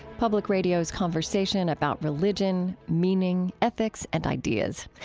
public radio's conversation about religion, meaning, ethics, and ideas.